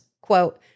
quote